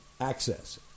access